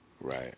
Right